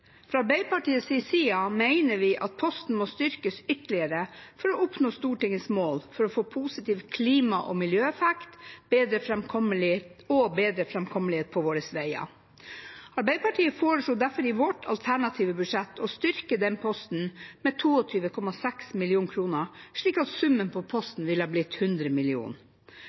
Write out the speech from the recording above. fra veg til sjø. Fra Arbeiderpartiets side mener vi at posten må styrkes ytterligere for å oppnå Stortingets mål, for å få positiv klima- og miljøeffekt og bedre framkommelighet på våre veger. Arbeiderpartiet foreslo derfor i sitt alternative budsjett å styrke denne posten med 22,6 mill. kr, slik at summen på posten ville blitt 100